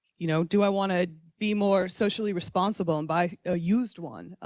you know, do i want to be more socially responsible and buy a used one?